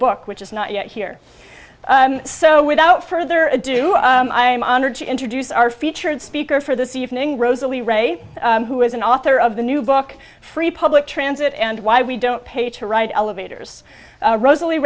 book which is not yet here so without further ado i am honored to introduce our featured speaker for this evening rosalie ray who is an author of the new book free public transit and why we don't pay to ride elevators rosalie